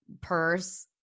purse